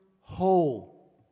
whole